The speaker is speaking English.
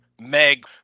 Meg